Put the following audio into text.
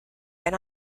been